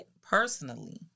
personally